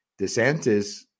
DeSantis